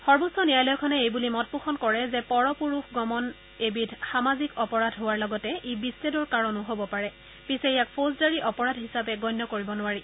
সৰ্বোচ্চ ন্যায়ালয়খনে এই বুলি মত পোষণ কৰে যে পৰপুৰুষগমন এবিধ সামাজিক অপৰাধ হোৱাৰ লগতে ই বিছেদৰ কাৰণো হ'ব পাৰে পিছে ইয়াক ফৌজদাৰী অপৰাধ হিচাপে গণ্য কৰিব নোৱাৰি